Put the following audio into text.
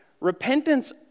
repentance